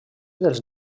dels